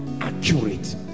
accurate